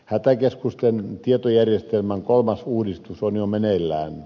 hätäkeskusten tietojärjestelmän kolmas uudistus on jo meneillään